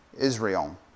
Israel